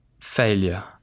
failure